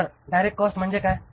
तर direct cost म्हणजे काय